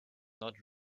not